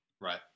Right